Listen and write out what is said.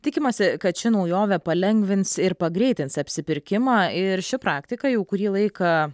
tikimasi kad ši naujovė palengvins ir pagreitins apsipirkimą ir ši praktika jau kurį laiką